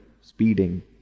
speeding